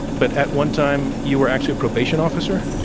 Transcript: but at one time, you were actually a probation officer?